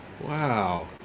Wow